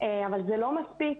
אבל זה לא מספיק.